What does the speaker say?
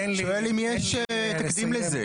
אני שואל אם יש תקדים לזה.